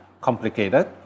complicated